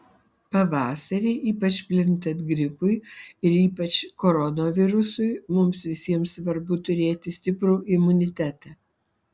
pavasarį ypač plintant gripui ir ypač koronavirusui mums visiems svarbu turėti stiprų imunitetą